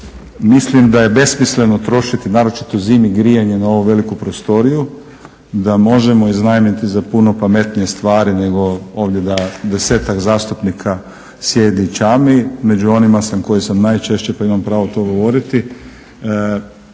mislim da je besmisleno trošiti, naročito zimi grijanje, na ovu veliku prostoriju, da možemo iznajmiti za puno pametnije stvari nego ovdje da 10-ak zastupnika sjedi i čami. Među onima sam koji sam najčešće pa imam pravo to govoriti.